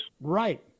Right